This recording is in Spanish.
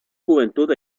juventud